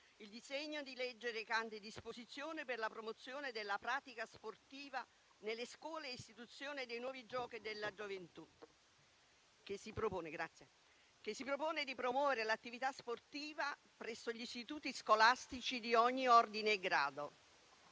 il disegno di legge recante disposizioni per la promozione della pratica sportiva nelle scuole e istituzione dei Nuovi giochi della gioventù, che si propone di promuovere l'attività sportiva presso gli istituti scolastici di ogni ordine e grado.